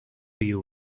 you